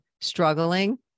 struggling